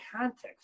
context